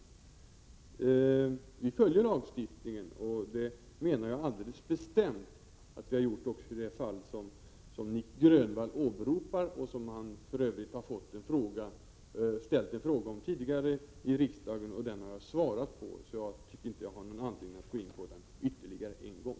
jarb A Vi följer lägen; ochdet mehar jag alldeles bestälmtratt vrbar gjortt de tall gen Se SR PS OR jer lagen, jag gj EG-frågor som Nic Grönvall åberopar och som han för övrigt har ställt en fråga om tidigare i riksdagen. Den frågan har jag svarat på, så jag tycker inte att jag har någon anledning att gå in på den ytterligare en gång.